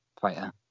fighter